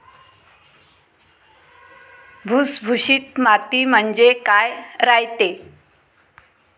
भुसभुशीत माती म्हणजे काय रायते?